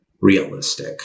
realistic